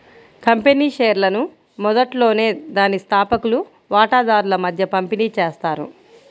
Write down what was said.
company షేర్లను మొదట్లోనే దాని స్థాపకులు వాటాదారుల మధ్య పంపిణీ చేస్తారు